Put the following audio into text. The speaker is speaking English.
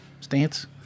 stance